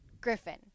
Griffin